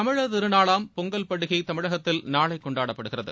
தமிழர் திருநாளாம் பொங்கல் பண்டிகை தமிழகத்தில் நாளை கொண்டாடப்படுகிறது